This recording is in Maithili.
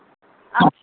हँ